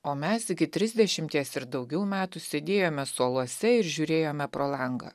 o mes iki trisdešimties ir daugiau metų sėdėjome suoluose ir žiūrėjome pro langą